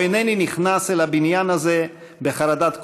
אינני נכנס אל הבניין הזה בחרדת קודש,